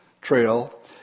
trail